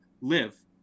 live